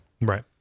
Right